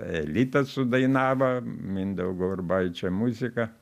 elitas sudainavo mindaugo urbaičio muzika